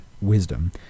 wisdom